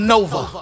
Nova